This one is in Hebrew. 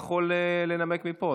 אנחנו עוברים לסעיף הבא בסדר-היום,